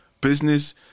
Business